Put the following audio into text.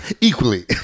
equally